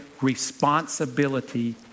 responsibility